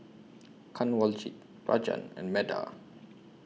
Kanwaljit Rajan and Medha